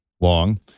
long